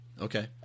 Okay